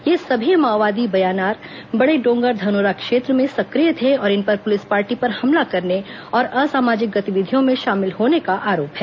ये सभी माओवादी बयानार बड़ेडोगर धनोरा क्षेत्र में सक्रिय थे और इन पर पुलिस पार्टी पर हमला करने और असामाजिक गतिविधियों में शामिल होने का आरोप हैं